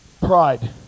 Pride